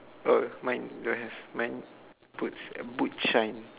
oh mine don't have mine foot boots shine